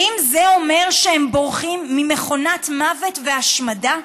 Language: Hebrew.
האם זה אומר שהם בורחים ממכונת מוות והשמדה?